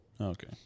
Okay